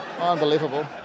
Unbelievable